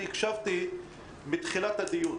מה שהיה חסר לי בדיון הזה זה לשמוע עד